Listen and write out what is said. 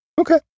Okay